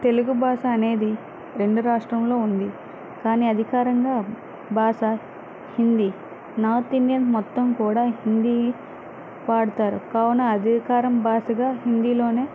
తెలుగు భాష ఆనేది రెండూ రాష్ట్రములో ఉంది కాని అధికారంగా భాష హిందీ నార్త్ ఇండియన్ మొత్తం కూడా హిందీ వాడతారు కావున అధికార భాషగా హిందీలోనే